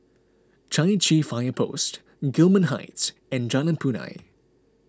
Chai Chee Fire Post Gillman Heights and Jalan Punai